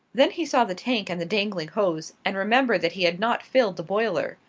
then he saw the tank and the dangling hose, and remembered that he had not filled the boiler.